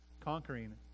conquering